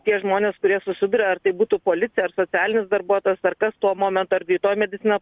tie žmonės kurie susiduria ar tai būtų policija ar socialinis darbuotojas ar kas tuo momentu ar greitoji medicinos